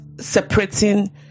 separating